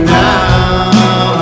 now